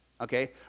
okay